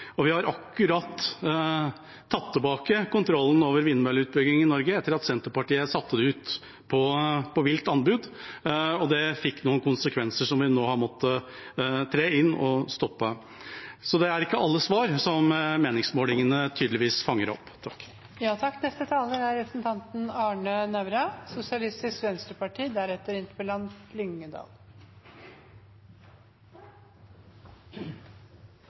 Vi har akkurat tatt tilbake kontrollen over vindmølleutbygging i Norge, etter at Senterpartiet satte det ut på vilt anbud. Det fikk noen konsekvenser som gjorde at vi nå har måttet tre inn og stoppe. Så det er tydeligvis ikke alle svar meningsmålingene fanger opp. Jeg synes dette er